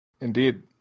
Indeed